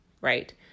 right